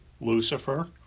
Lucifer